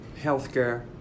healthcare